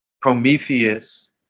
Prometheus